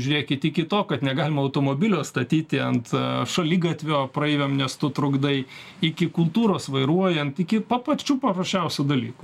žiūrėkit iki to kad negalima automobilio statyti ant šaligatvio praeiviam nes tu trukdai iki kultūros vairuojant iki pa pačių paprasčiausių dalykų